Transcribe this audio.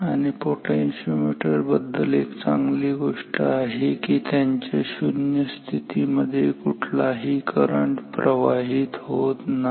आणि पोटेन्शिओमीटर बद्दल एक चांगली गोष्ट आहे की त्यांच्या शून्य स्थितीमध्ये कुठलाही करंट प्रवाहित होत नाही